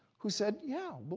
who said, yeah, but